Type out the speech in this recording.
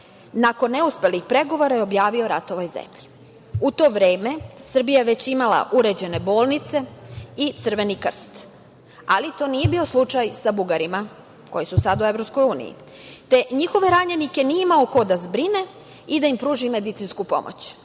nakon neuspelih pregovora je objavio rat ovoj zemlji. U to vreme Srbija je već imala uređene bolnice i Crveni krst, ali to nije bio slučaj sa Bugarima koji su sad u EU, te njihove ranjenike nije imao ko da zbrine i da im pruži medicinsku pomoć.